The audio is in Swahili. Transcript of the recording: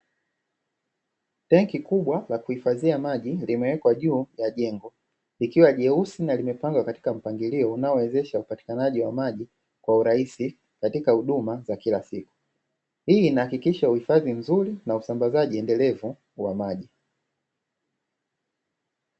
Tanki kubwa la kuhifadhia maji limewekwa juu ya jengo likiwa jeusi na limepangwa katika mpangilio unaowezesha upatikanaji wa maji kwa urahisi katika huduma za kila siku, hii inahakikisha uhifadhi mzuri na usambazaji endelevu wa maji.